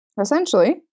essentially